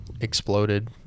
exploded